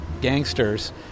gangsters